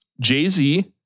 Jay-Z